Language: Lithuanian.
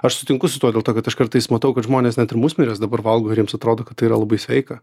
aš sutinku su tuo dėl to kad aš kartais matau kad žmonės net ir musmires dabar valgo ir jiems atrodo kad tai yra labai sveika